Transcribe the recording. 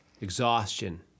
Exhaustion